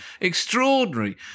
Extraordinary